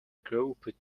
grouped